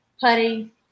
putty